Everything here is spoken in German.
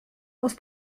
aus